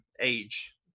age